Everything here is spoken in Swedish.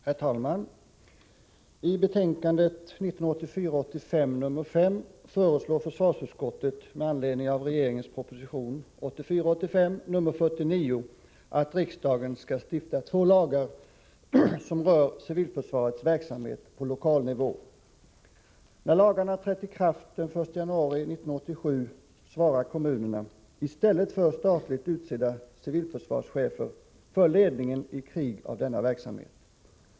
Herr talman! I betänkande 1984 85:49 att riksdagen skall stifta två lagar som rör civilförsvarets verksamhet på lokal nivå. När lagarna har trätt i kraft den 1 januari 1987 svarar kommunerna i stället för statligt utsedda civilförsvarschefer för ledningen i krig av denna verksamhet.